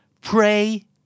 Pray